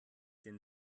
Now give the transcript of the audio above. den